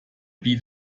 beat